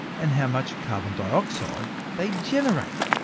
and how much carbon dioxide they generate.